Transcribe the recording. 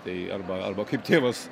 tai arba arba kaip tėvas